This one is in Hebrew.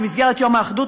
במסגרת יום האחדות,